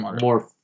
more